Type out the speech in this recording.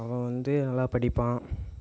அவன் வந்து நல்லா படிப்பான்